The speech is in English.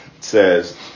says